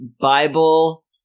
Bible